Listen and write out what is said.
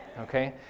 okay